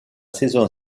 saison